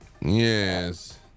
Yes